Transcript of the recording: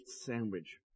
sandwich